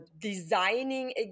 designing